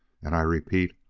and i repeat,